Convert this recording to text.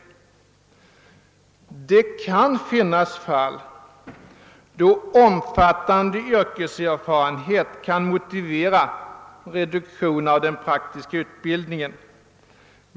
Det kan finnas fall då omfattande yrkeserfarenhet kan motivera reduktion av den praktiska utbildningen.